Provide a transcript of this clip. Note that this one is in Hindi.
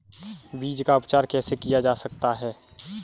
बीज का उपचार कैसे किया जा सकता है?